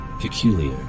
peculiar